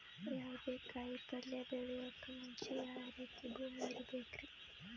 ಯಾವುದೇ ಕಾಯಿ ಪಲ್ಯ ಬೆಳೆಯೋಕ್ ಮುಂಚೆ ಯಾವ ರೀತಿ ಭೂಮಿ ಇರಬೇಕ್ರಿ?